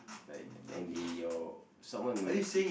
like an lady or someone were to